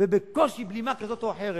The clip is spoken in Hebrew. ובקושי בלימה כזאת או אחרת,